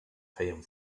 feien